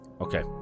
Okay